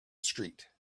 street